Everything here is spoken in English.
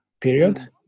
period